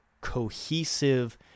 cohesive